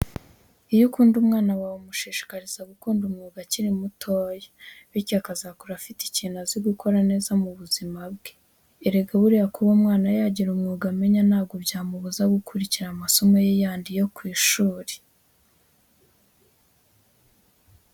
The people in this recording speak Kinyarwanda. Iyo ukunda umwana wawe umushishikariza gukunda umwuga akiri mutoya bityo akazakura afite ikintu azi gukora neza mu buzima bwe. Erega buriya kuba umwana yagira umwuga amenya ntabwo byamubuza gukurikira amasomo ye yandi yo ku ishuri.